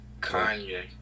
Kanye